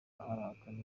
arahakana